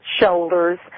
shoulders